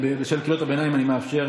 בשל קריאות הביניים אני מאפשר עוד דקה.